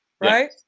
right